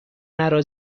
مرا